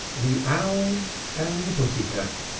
the owl and the pussy-cat.